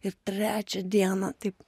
ir trečią dieną taip